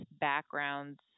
backgrounds